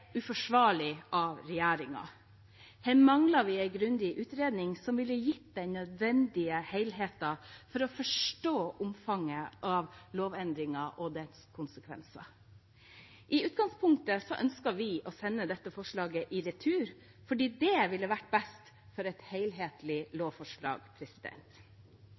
uforsvarlig av regjeringen. Her mangler vi en grundig utredning, som ville gitt den nødvendige helheten for å forstå omfanget av lovendringen og dens konsekvenser. I utgangspunktet ønsket vi å sende dette forslaget i retur fordi det ville vært best for et helhetlig lovforslag.